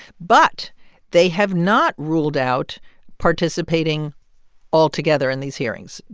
but they have not ruled out participating altogether in these hearings.